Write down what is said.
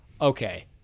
okay